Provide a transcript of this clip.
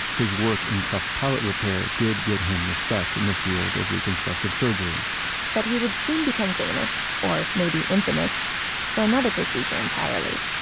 his work in cleft palate repair did get him respect respect in the field of reconstructive surgery but he would soon become famous, or maybe infamous for another procedure entirely.